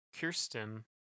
Kirsten